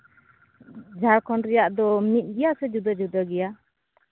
ᱡᱷᱟᱲᱠᱷᱚᱸᱰ ᱨᱮᱭᱟᱜ ᱫᱚ ᱢᱤᱫ ᱜᱮᱭᱟ ᱥᱮ ᱡᱩᱫᱟᱹ ᱡᱩᱫᱟᱹ ᱜᱮᱭᱟ